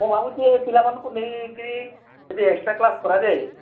ମୁଁ ଭାବୁଛି ଏ ପିଲାମାନଙ୍କୁ ନେଇ କରି ଯଦି ଏକ୍ସଟ୍ରା କ୍ଲାସ କରାଯାଏ